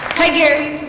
hi gary.